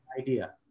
idea